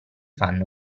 fanno